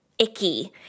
icky